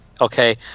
Okay